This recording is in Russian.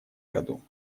году